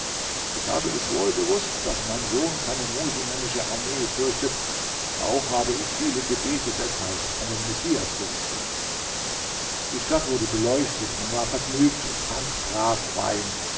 ich habe es wohl gewußt daß mein sohn keine muselmännische armee fürchtet auch habe ich viele gebete deshalb an den messias gerichtet die stadt wurde beleuchtet man war vergnügt und trank brav wein